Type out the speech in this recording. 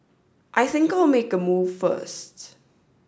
I think I'll make a move first